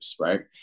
right